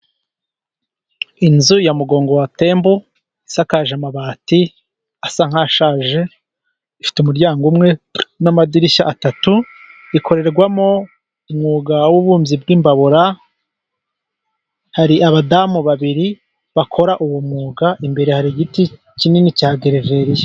Inzu ya mugongo wa tembo, isakaje amabati asa nkashaje, ifite umuryango umwe n'amadirishya atatu, ikorerwamo umwuga w'ubumbyi bw'imbabura, hari abadamu babiri bakora uwo mwuga, imbere hari igiti kinini cya gereveriya.